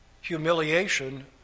humiliation